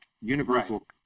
Universal